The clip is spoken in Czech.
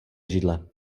židle